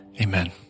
amen